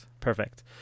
Perfect